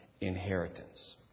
inheritance